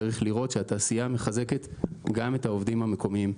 צריך לראות שהתעשייה מחזקת גם את העובדים המקומיים.